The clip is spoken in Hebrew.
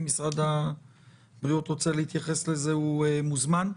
אם משרד הבריאות רוצה להתייחס לזה, הוא מוזמן.